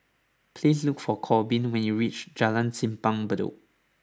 please look for Korbin when you reach Jalan Simpang Bedok